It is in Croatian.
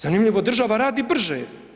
Zanimljivo, država radi brže.